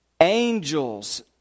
angels